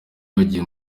bagiye